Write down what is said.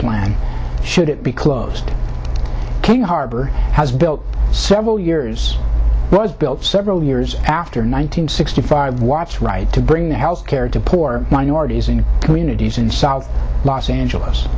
plan should it be closed king harbor has built several years was built several years after nine hundred sixty five watts right to bring the health care to poor minorities in communities in south los angeles